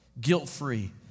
guilt-free